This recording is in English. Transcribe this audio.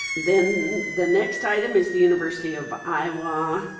then the next item is the university of iowa